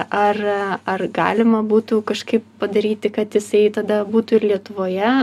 ar ar galima būtų kažkaip padaryti kad jisai tada būtų ir lietuvoje